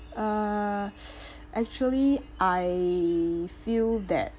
uh actually I feel that